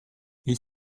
ils